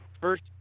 first